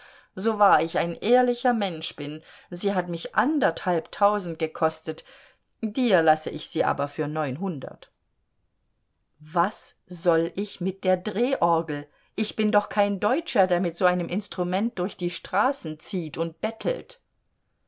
so wahr ich ein ehrlicher mensch bin sie hat mich anderthalb tausend gekostet dir lasse ich sie aber für neunhundert was soll ich mit der drehorgel ich bin doch kein deutscher der mit so einem instrument durch die straßen zieht und bettelt